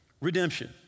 redemption